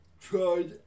tried